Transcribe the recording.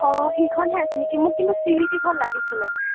অঁ সিখনহে আছে নেকি মোক কিন্তু চিইউটিখন লাগিছিলে